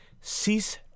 cease